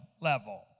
level